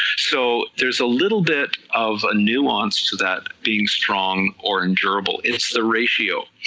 so there's a little bit of nuance to that being strong or and durable, it's the ratio,